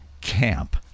camp